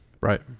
Right